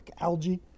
algae